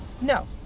No